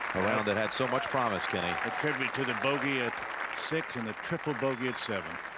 the net. so much promise can contribute to the bogey at six in the triple bogeyed seven.